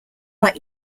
like